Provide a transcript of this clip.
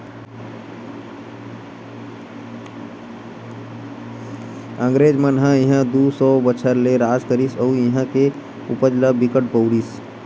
अंगरेज मन इहां दू सौ बछर ले राज करिस अउ इहां के उपज ल बिकट बउरिस